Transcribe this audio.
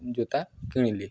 ଜୋତା କିଣିଲି